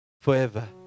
forever